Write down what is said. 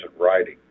writing